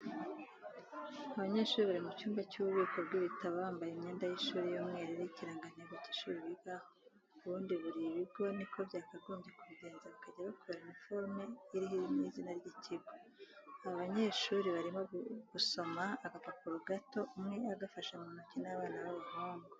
Abanyeshuri bari mucyumba cyububiko bwibitabo bambaye imyenda y,ishuri yumweru iriho ikirangantego cy'ishuri bigaho ubundi buribigo niko byakagombye kubigenza bakajya bakora iniforume iriho nizina ryikigo. aba banyeshuri barimo gudoma agapapuro gato umwe agafashe muntoki nabana babahungu.